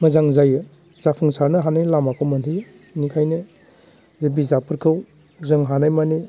मोजां जायो जाफुंसारनो हानाय लामाखौ मोनहैयो ओंखायनो बे बिजाबफोरखौ जों हानायमानि